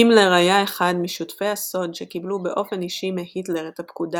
הימלר היה אחד משותפי הסוד שקיבלו באופן אישי מהיטלר את הפקודה